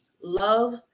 Love